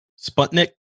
Sputnik